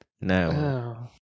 No